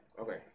okay